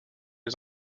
les